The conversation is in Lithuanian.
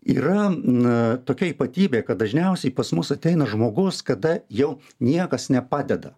yra nu tokia ypatybė kad dažniausiai pas mus ateina žmogus kada jau niekas nepadeda